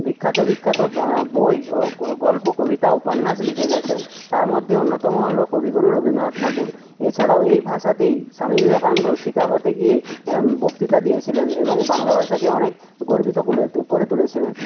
বিখ্যাত বিখ্যাত বই ও গল্প কবিতা উপন্যাস লিখে গিয়েছেন তার মধ্যে অন্যতম হল কবিগুরু রবীন্দ্রনাথ ঠাকুর এছাড়াও এই ভাষাতেই স্বামী বিবেকানন্দ শিকাগোতে গিয়ে বক্তৃতা দিয়েছিলেন এবং বাংলা ভাষাকে অনেক গর্বিত কুলে করে তুলেছিলেন